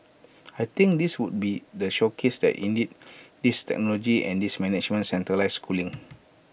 I think this would be the showcase that indeed this technology and this management centralised cooling